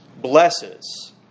blesses